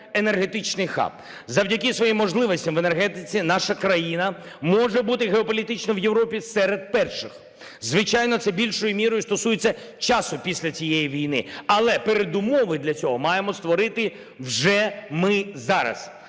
енергетичний хаб. Завдяки своїм можливостям в енергетиці наша країна може бути геополітично в Європі серед перших. Звичайно, це більшою мірою стосується часу після цієї війни, але передумови для цього маємо створити вже ми зараз.